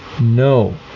no